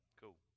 Cool